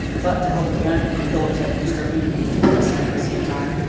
but to help prevent your phillips head from stripping, you can just press in at the same time.